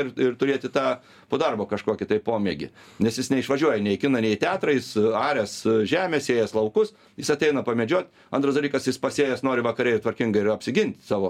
ir ir turėti tą po darbo kažkokį tai pomėgį nes jis neišvažiuoja nei į kiną nei į teatrą jis arias žemę sėjas laukus jis ateina pamedžiot antras dalykas jis pasėjęs nori vakare ir tvarkingai ir apsigint savo